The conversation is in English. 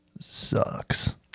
sucks